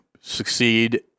succeed